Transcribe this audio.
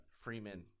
Freeman